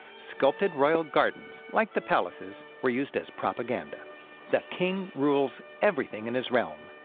sculpted royal gardens, like the palaces, were used as propaganda the king rules everything in his realm,